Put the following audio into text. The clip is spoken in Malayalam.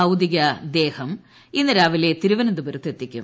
ഭൌതികദേഹം ഇന്ന് രാവിലെ തിരുവനന്തപുരത്ത് എത്തിക്കും